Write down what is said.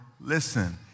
listen